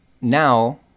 now